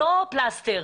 לא פלסטר,